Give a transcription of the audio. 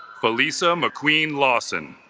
felisa mcqueen lawson